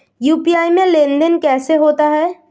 UPI में लेनदेन कैसे होता है?